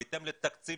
בהתאם לתקציב